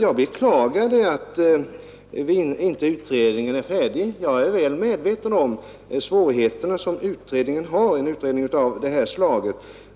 Jag beklagade att utredningen inte är färdig. Jag är väl medveten om de svårigheter som möter en utredning av det här slaget.